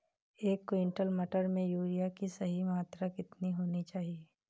एक क्विंटल मटर में यूरिया की सही मात्रा कितनी होनी चाहिए?